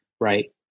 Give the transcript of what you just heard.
right